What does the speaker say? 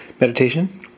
meditation